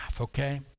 okay